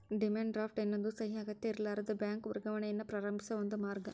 demand draft ಎನ್ನೋದು ಸಹಿ ಅಗತ್ಯಇರ್ಲಾರದ ಬ್ಯಾಂಕ್ ವರ್ಗಾವಣೆಯನ್ನ ಪ್ರಾರಂಭಿಸೋ ಒಂದ ಮಾರ್ಗ